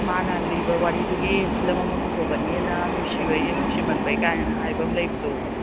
ꯃꯥꯅ ꯂꯤꯕ ꯋꯥꯔꯤꯗꯨꯒꯤ ꯐꯤꯂꯝ ꯑꯃ ꯄꯨꯊꯣꯛꯀꯅꯦꯅ ꯅꯨꯡꯁꯤꯕꯩꯅꯤ ꯅꯨꯡꯁꯤꯃꯟꯕꯩ ꯀꯥꯏꯅ ꯍꯥꯏꯕ ꯑꯃ ꯂꯩꯕꯗꯣ